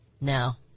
Now